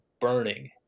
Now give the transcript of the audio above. burning